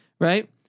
Right